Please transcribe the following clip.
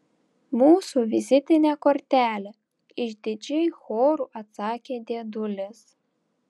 mūsų vizitinė kortelė išdidžiai choru atsakė dėdulės